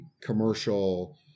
commercial